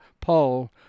Paul